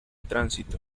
tránsito